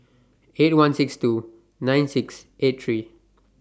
eight one six two nine six eight three